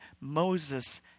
Moses